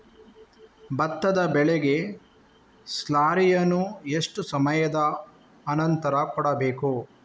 ಭತ್ತದ ಬೆಳೆಗೆ ಸ್ಲಾರಿಯನು ಎಷ್ಟು ಸಮಯದ ಆನಂತರ ಕೊಡಬೇಕು?